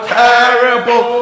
terrible